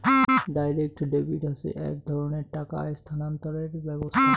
direct debit হসে এক ধরণের টাকা স্থানান্তরের ব্যবস্থা